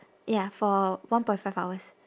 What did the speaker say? ya for one point five hours